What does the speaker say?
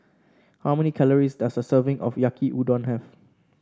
how many calories does a serving of Yaki Udon have